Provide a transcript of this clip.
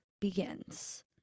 begins